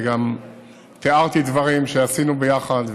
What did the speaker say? גם תיארתי דברים שעשינו ביחד,